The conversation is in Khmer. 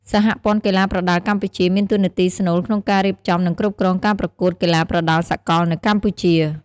សហព័ន្ធកីឡាប្រដាល់កម្ពុជា មានតួនាទីស្នូលក្នុងការរៀបចំ និងគ្រប់គ្រងការប្រកួតកីឡាប្រដាល់សកលនៅកម្ពុជា។